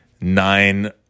nine